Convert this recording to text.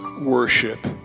worship